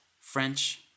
French